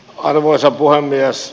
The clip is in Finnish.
arvoisa puhemies